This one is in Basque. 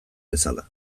bezala